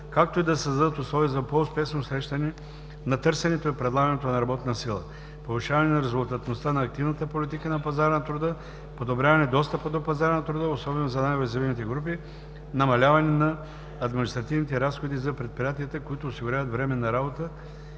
както и да създадат условия за по-успешно срещане на търсенето и предлагането на работна сила; повишаване на резултатността на активната политика на пазара на труда; подобряване достъпа до пазара на труда, особено за най-уязвимите групи; намаляване на административните разходи за предприятията, които осигуряват временна работа